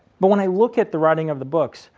but when i look at the writing of the books,